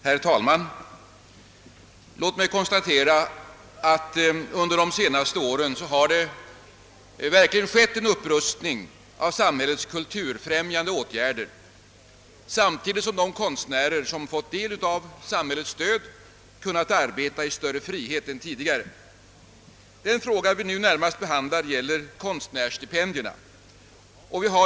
Herr talman! Låt mig konstatera att det under de senaste åren verkligen skett en upprustning av samhällets kulturfrämjande verksamhet samtidigt som de konstnärer, som fått del av samhällets stöd, kunnat arbeta i större frihet än tidigare. Den fråga vi nu närmast behandlar gäller konstnärsstipendierna.